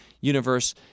universe